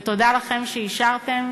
ותודה לכם שאישרתם.